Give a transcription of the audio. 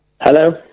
Hello